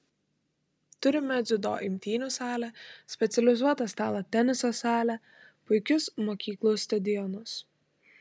turime dziudo imtynių salę specializuotą stalo teniso salę puikius mokyklų stadionus